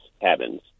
Cabins